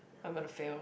I'm gonna fail